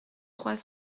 trois